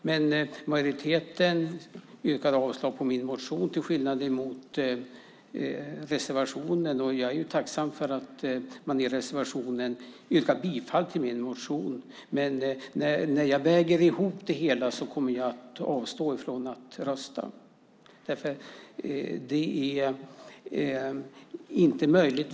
Men majoriteten avstyrker min motion till skillnad från vad man gör i reservationen. Jag är tacksam för att man i reservationen tillstyrker min motion, men när jag väger ihop det hela kommer jag fram till att jag ska avstå från att rösta.